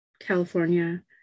California